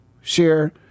share